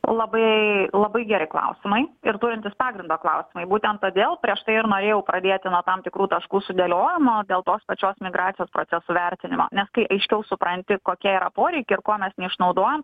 labai labai geri klausimai ir turintys pagrindo klausimai būtent todėl prieš tai ir norėjau padėti nuo tam tikrų taškų sudėliojimo dėl tos pačios migracijos procesų vertinimo nes kai aiškiau supranti kokie yra poreikiai ir ko mes neišnaudojam